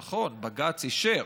נכון, בג"ץ אישר,